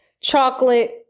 chocolate